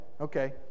Okay